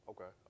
Okay